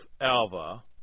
Alva